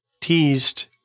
teased